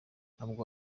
ntabwo